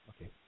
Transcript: Okay